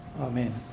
Amen